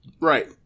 Right